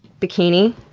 bikini,